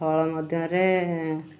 ଫଳ ମଧ୍ୟରେ